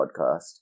podcast